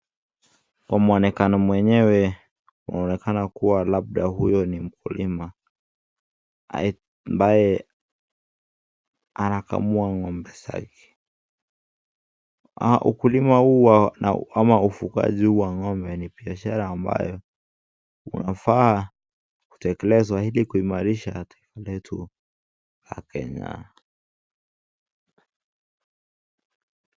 Kwa mwonekano mwenyewe, yaonekana kuwa labda huyo ni mkulima, ambaye anakamua ng'ombe zake, ukulima huu ama ufuhaji huu wa ng'ombe ni biashara ambayo inafaa kutekelezwa ili kuimarisha nchini letu la Kenya.